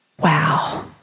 Wow